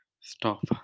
Stop